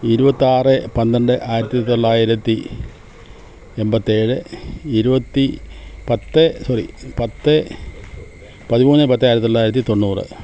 ഇരുപത്താറ് പന്ത്രണ്ട് ആയിരത്തി തൊള്ളായിരത്തി എൺപത്തേഴ് ഇരുപത്തി പത്ത് സോറി പത്ത് പതിമൂന്ന് പത്ത് ആയിരത്തി തൊള്ളായിരത്തി തൊണ്ണൂറ്